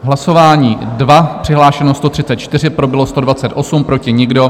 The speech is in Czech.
Hlasování číslo 2, přihlášeno 134, pro bylo 128, proti nikdo.